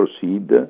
proceed